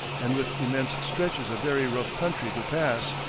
and with immense stretches of very rough country to pass,